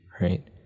right